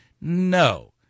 No